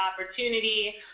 opportunity